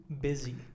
busy